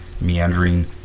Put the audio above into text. meandering